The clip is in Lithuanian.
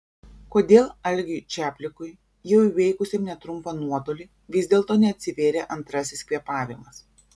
kodėl algiui čaplikui jau įveikusiam netrumpą nuotolį vis dėlto neatsivėrė antrasis kvėpavimas